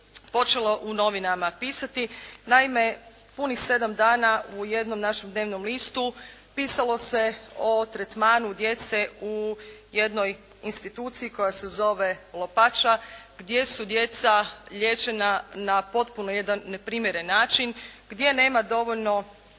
počelo u novinama pisati. Naime, punih 7 dana u jednom našem dnevnom listu pisalo se o tretmanu djece u jednoj instituciji koja se zove "Lopača", gdje su djeca liječena na potpuno jedan neprimjeren način, gdje nema dovoljno